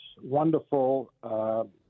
wonderful